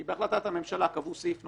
כי בהחלטת הממשלה קבעו סעיף נוסף,